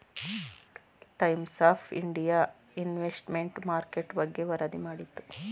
times of India investment market ಬಗ್ಗೆ ವರದಿ ಮಾಡಿತು